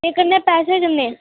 ते कन्नै पैसे किन्ने